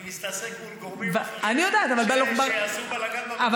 אני מתעסק מול גורמים אחרים שעשו בלגן, אני יודעת.